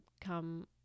come